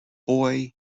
boy